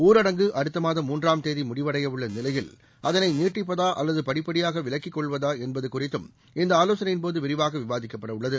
ஊரடங்கு அடுத்த மாதம் மூன்றாம் தேதி முடிவடையவுள்ள நிலையில் அதனை நீட்டிப்பதா அல்லது படிப்படியாக விலக்கிக் கொள்வதாக என்பது குறித்தும் இந்த ஆலோசனையின்போது விரிவாக விவாதிக்கப்படவுள்ளது